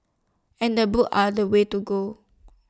and books are the way to go